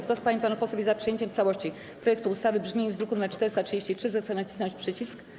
Kto z pań i panów posłów jest za przyjęciem w całości projektu ustawy w brzmieniu z druku nr 433, zechce nacisnąć przycisk.